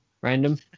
random